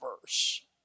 verse